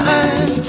eyes